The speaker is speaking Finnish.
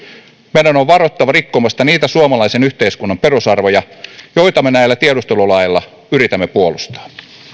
meidän on varottava rikkomasta niitä suomalaisen yhteiskunnan perusarvoja joita me näillä tiedustelulaeilla yritämme puolustaa